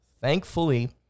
thankfully